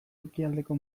ekialdeko